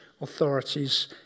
authorities